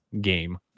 game